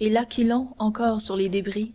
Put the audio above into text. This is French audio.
et l'aquilon encor sur les débris